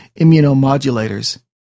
immunomodulators